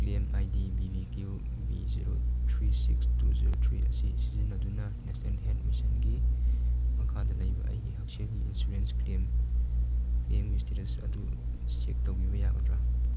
claim I D B B Q B zero three six two zero three ꯑꯁꯤ ꯁꯤꯖꯤꯟꯅꯗꯨꯅ national health ꯃꯤꯁꯟꯒꯤ ꯃꯈꯥꯗ ꯂꯩꯕ ꯑꯩꯒꯤ ꯍꯛꯁꯦꯜꯒꯤ ꯏꯟꯁꯨꯔꯦꯟꯁ ꯀ꯭ꯂꯦꯝ ꯀ꯭ꯂꯦꯝꯒꯤ ꯏꯁꯇꯦꯇꯁ ꯑꯗꯨ ꯆꯦꯛ ꯇꯧꯕꯤꯕ ꯌꯥꯒꯗ꯭ꯔꯥ